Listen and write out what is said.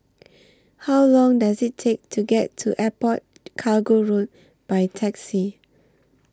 How Long Does IT Take to get to Airport Cargo Road By Taxi